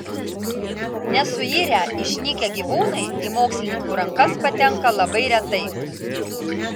nesuirę išnykę gyvūnai į mokslininkų rankas patenka labai retai